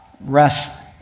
rest